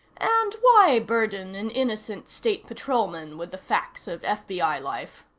and why burden an innocent state patrolman with the facts of fbi life?